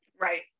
Right